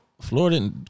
Florida